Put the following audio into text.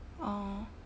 oh